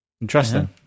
Interesting